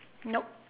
nope